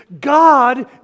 God